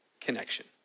connection